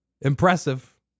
Impressive